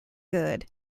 good